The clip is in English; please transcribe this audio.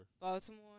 Baltimore